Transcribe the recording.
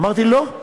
אמרתי: לא,